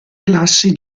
classi